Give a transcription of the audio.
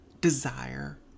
desire